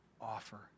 offer